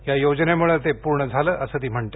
या योजनेमुळं ते पूर्ण झालं असं ती म्हणते